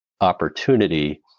opportunity